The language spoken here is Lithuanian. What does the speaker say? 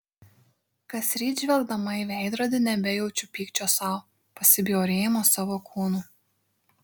kasryt žvelgdama į veidrodį nebejaučiu pykčio sau pasibjaurėjimo savo kūnu